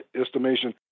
estimation